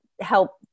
help